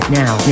now